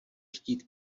chtít